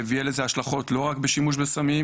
ויהיה לזה השלכות לא רק בשימוש בסמים,